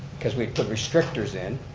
cause we put restrictions in,